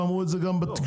ואמרו את זה גם בתקשורת.